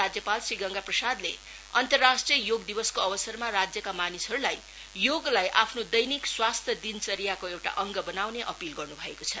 राज्यपाल श्री गंगा प्रसादले अन्तराष्ट्रिय योग दिवसको अवसरमा राज्यका मानिसहरुलाई योगमा आफ्नो दैनिक स्वास्थ्य दिनचर्चाको एउटा अंग बनाउने अपील गर्नु भएको छ